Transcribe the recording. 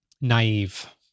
naive